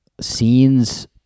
scenes